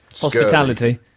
hospitality